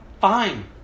Fine